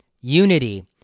unity